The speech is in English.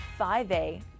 5A